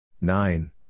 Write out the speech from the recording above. Nine